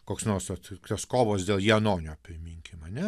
koks nors vat tos kovos dėl janonio priminkim ane